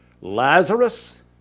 Lazarus